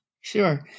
Sure